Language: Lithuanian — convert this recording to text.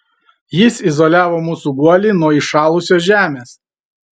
jis izoliavo mūsų guolį nuo įšalusios žemės